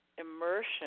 immersion